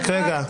רק רגע.